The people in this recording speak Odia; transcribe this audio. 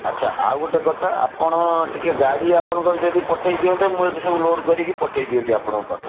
ଆଚ୍ଛା ଆଉ ଗୋଟେ କଥା ଆପଣ ଟିକେ ଗାଡ଼ି ଆପଣଙ୍କର ଯଦି ପଠେଇଦିଅନ୍ତେ ମୁଁ ଏଠୁ ସବୁ ଲୋଡ଼୍ କରିକି ପଠେଇଦିଅନ୍ତି ଆପଣଙ୍କ ପାଖକୁ